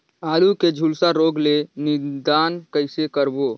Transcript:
आलू के झुलसा रोग ले निदान कइसे करबो?